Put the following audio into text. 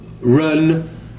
run